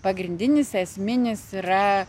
pagrindinis esminis yra